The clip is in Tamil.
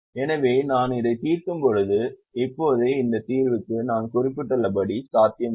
எனவே நான் இதை தீர்க்கும்போது இப்போதே இந்த தீர்வுக்கு நான் குறிப்பிட்டுள்ளபடி சாத்தியமில்லை